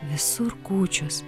visur kūčios